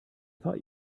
thought